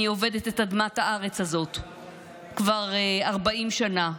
אני עובדת את אדמת הארץ הזו כבר 40 שנה.